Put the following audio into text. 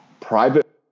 private